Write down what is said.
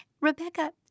Rebecca